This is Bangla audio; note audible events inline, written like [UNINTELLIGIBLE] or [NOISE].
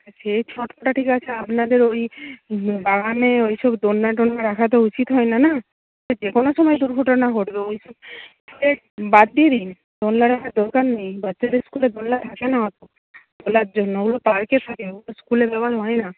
সে সবটা ঠিক আছে আপনাদের ওই বাগানে ওইসব দোলনা টোলনা রাখা তো উচিত হয় না না যে কোনো সময় দুর্ঘটনা ঘটল ওইসব বাদ দিয়ে দিন দোলনা রাখার দরকার নেই বাচ্চাদের স্কুলে দোলনা থাকে না অত দোলার জন্য ওগুলো পার্কে থাকে [UNINTELLIGIBLE] স্কুলে ব্যবহার হয় না